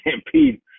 stampede